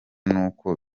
n’uko